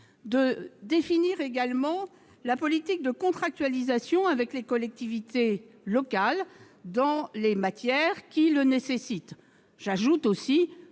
de définir également la politique de contractualisation avec les collectivités locales dans les matières qui le nécessitent. J'ajoute que